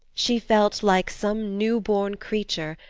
she felt like some new-born creature,